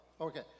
Okay